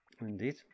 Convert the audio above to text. Indeed